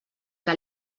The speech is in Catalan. que